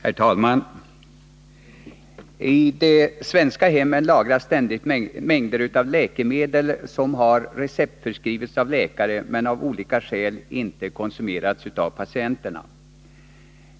Herr talman! I de svenska hemmen lagras ständigt mängder av läkemedel som har receptförskrivits av läkare men av olika skäl inte konsumerats av patienterna.